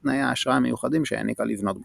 ובשל תנאי האשראי המיוחדים שהעניקה לבנות בריתה.